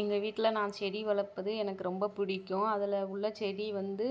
எங்கள் வீட்டில நான் செடி வளர்ப்பது எனக்கு ரொம்ப பிடிக்கும் அதில் உள்ள செடி வந்து